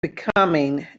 becoming